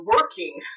working